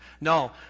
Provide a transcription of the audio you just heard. No